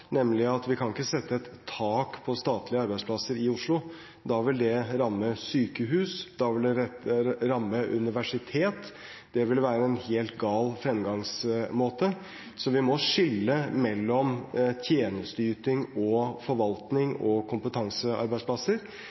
nemlig at vi ikke kan sette et tak på statlige arbeidsplasser i Oslo. Da vil det ramme sykehus, da vil det ramme universitet, det vil være en helt gal fremgangsmåte, så vi må skille mellom tjenesteyting og forvaltning og kompetansearbeidsplasser.